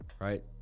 right